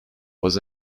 was